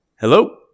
hello